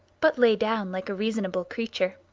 but lay down like a reasonable creature.